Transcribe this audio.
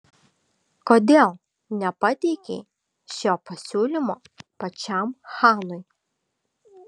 kodėl nepateikei šio pasiūlymo pačiam chanui